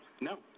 No